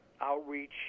outreach